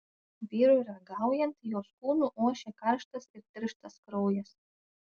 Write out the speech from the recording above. vyrui ragaujant jos kūnu ošė karštas ir tirštas kraujas